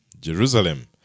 Jerusalem